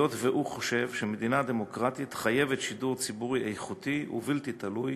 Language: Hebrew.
היות שהוא חושב שמדינה דמוקרטית חייבת שידור ציבורי איכותי ובלתי תלוי,